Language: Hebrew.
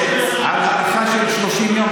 על הארכה של 30 יום,